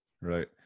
Right